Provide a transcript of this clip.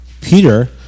Peter